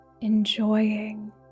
enjoying